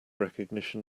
recognition